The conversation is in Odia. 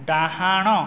ଡ଼ାହାଣ